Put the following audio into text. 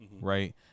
right